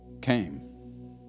came